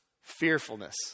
Fearfulness